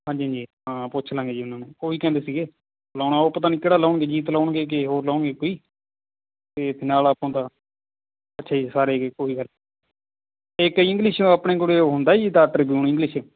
ਹਾਂਜੀ ਹਾਂਜੀ ਹਾਂ ਪੁੱਛ ਲਵਾਂਗੇ ਜੀ ਉਨ੍ਹਾਂ ਨੂੰ ਉਹ ਵੀ ਕਹਿੰਦੇ ਸੀਗੇ ਲਾਉਣਾ ਉਹ ਪਤਾ ਨਹੀਂ ਕਿਹੜਾ ਲਾਉਣਗੇ ਅਜੀਤ ਲਾਉਣਗੇ ਕਿ ਹੋਰ ਲਾਉਣਗੇ ਕੋਈ ਅਤੇ ਨਾਲ ਆਪਾਂ ਤਾਂ ਇਕੱਠੇ ਸਾਰੇ ਹੈਗੇ ਕੋਈ ਇੰਗਲਿਸ਼ ਆਪਣੇ ਕੋਲ ਉਹ ਹੁੰਦਾ ਜੀ ਦ ਟ੍ਰਿਬਿਊਨ ਇੰਗਲਿਸ਼